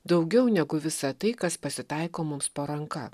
daugiau negu visa tai kas pasitaiko mums po ranka